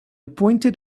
pointed